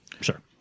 Sure